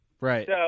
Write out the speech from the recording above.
Right